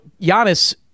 Giannis